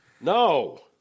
No